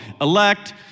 Elect